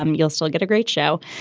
um you'll still get a great show.